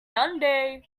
sunday